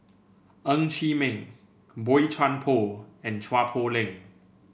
Ng Chee Meng Boey Chuan Poh and Chua Poh Leng